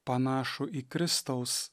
panašų į kristaus